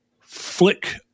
flick